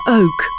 oak